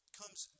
comes